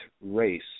Race